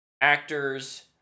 actors